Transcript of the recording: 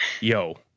yo